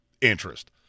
interest